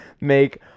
make